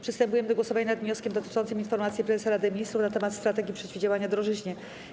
Przystępujemy do głosowania nad wnioskiem dotyczącym informacji prezesa Rady Ministrów na temat strategii przeciwdziałania drożyźnie.